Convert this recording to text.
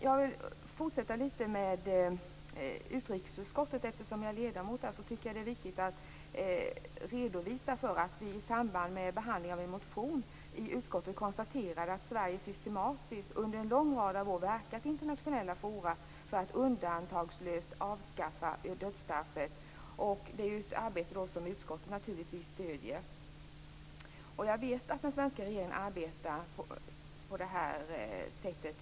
Jag vill också säga något mer om utrikesutskottet. Eftersom jag är ledamot där tycker jag att det är viktigt att redovisa att vi i samband med behandlingen av en motion i utskottet konstaterade att Sverige systematiskt, under en lång rad av år, har verkat i internationella forum för att undantagslöst avskaffa dödsstraffet. Detta är ett arbete som utskottet naturligtvis stöder. Jag vet att den svenska regeringen arbetar på det här sättet.